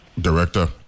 director